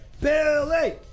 Billy